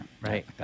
Right